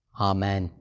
Amen